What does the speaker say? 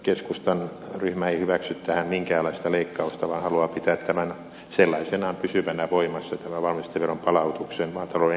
keskustan ryhmä ei hyväksy tähän minkäänlaista leikkausta vaan haluaa pitää sellaisenaan pysyvänä voimassa tämän valmisteveron palautuksen maatalouden energiatuotteille